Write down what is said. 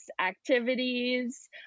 activities